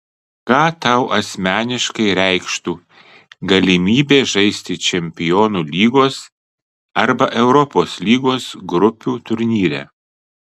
ką tau asmeniškai reikštų galimybė žaisti čempionų lygos arba europos lygos grupių turnyre